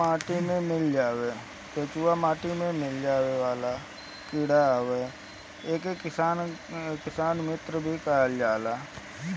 केचुआ माटी में मिलेवाला कीड़ा हवे एके किसान मित्र भी कहल जाला